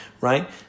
right